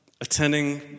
attending